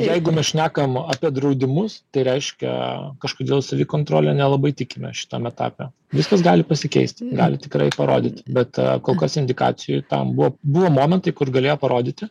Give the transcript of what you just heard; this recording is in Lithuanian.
jeigu mes šnekam apie draudimus tai reiškia kažkodėl savikontrole nelabai tikime šitam etap viskas gali pasikeisti gali tikrai parodyti bet kol kas indikacijų tam buvo buvo momentai kur galėjo parodyti